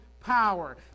power